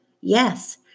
Yes